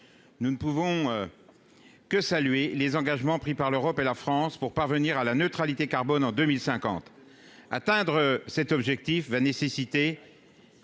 nous ne pouvons que saluer les engagements pris par l'Europe et la France pour parvenir à la neutralité carbone en 2050 atteindre cet objectif va nécessiter